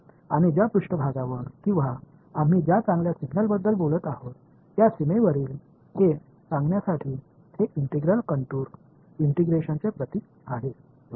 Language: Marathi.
आणि ज्या पृष्ठभागावर किंवा आम्ही ज्या चांगल्या सिग्नलबद्दल बोलत आहोत त्या सीमेवरील हे सांगण्यासाठी हे इंटिग्रल कंटूर इंटिग्रेशनचे प्रतीक आहे बरोबर